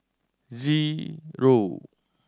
zero